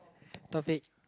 topic